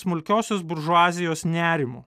smulkiosios buržuazijos nerimu